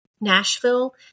Nashville